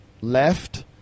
left